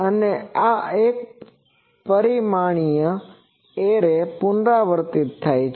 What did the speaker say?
અને આ એક પરિમાણીય એરે પુનરાવર્તિત થાય છે